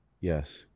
Yes